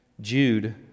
Jude